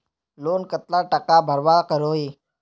Loan कतला टाका भरवा करोही?